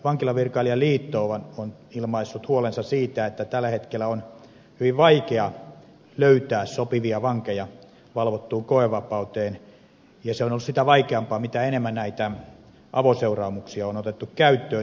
vankilavirkailijaliitto on ilmaissut huolensa siitä että tällä hetkellä on hyvin vaikea löytää sopivia vankeja valvottuun koevapauteen ja se on ollut sitä vaikeampaa mitä enemmän näitä avoseuraamuksia on otettu käyttöön